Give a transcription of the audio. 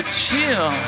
chill